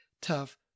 tough